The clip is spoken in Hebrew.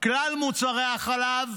כלל מוצרי החלב,